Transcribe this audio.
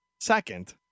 Second